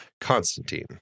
Constantine